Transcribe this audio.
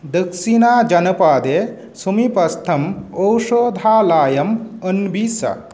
दक्षिणाजनपदे समीपस्थं औषधालयम् अन्विष